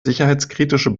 sicherheitskritische